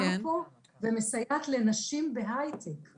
פה ומסייעת לנשים בתחומי high tech.